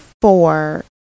four